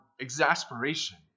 exasperation